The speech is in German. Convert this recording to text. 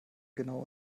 genauer